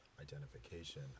identification